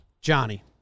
Johnny